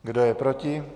Kdo je proti?